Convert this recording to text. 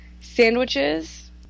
Sandwiches